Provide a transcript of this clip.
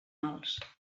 mals